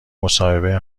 مصاحبه